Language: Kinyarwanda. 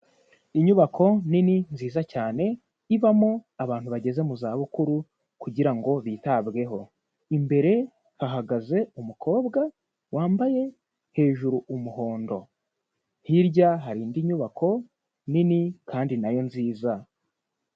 Inyubako nini nziza cyane ibamo abantu bageze mu zabukuru kugira ngo bitabweho. Imbere hahagaze umukobwa wambaye hejuru umuhondo, hirya hari indi nyubako nini kandi na yo nziza.